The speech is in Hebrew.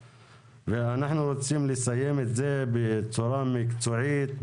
ואנחנו רוצים לסיים את זה בצורה מקצועית,